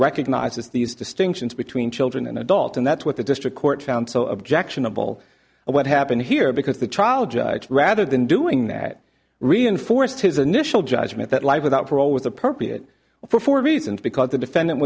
recognizes these distinctions between children and adults and that's what the district court found so objectionable and what happened here because the trial judge rather than doing that reinforced his initial judgment that life without parole was appropriate for four reasons because the defendant